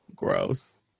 Gross